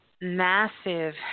massive